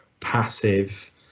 passive